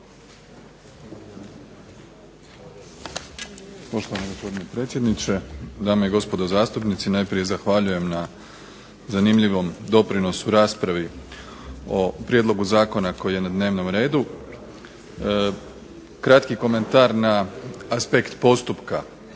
Poštovani gospodine predsjedniče, dame i gospodo zastupnici. Najprije zahvaljujem na zanimljivom doprinosu raspravi o Prijedlogu zakona koji je na dnevnom redu. Kratki komentar na aspekt postupka.